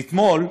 ואתמול,